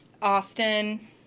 Austin